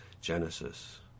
Genesis